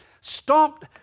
stomped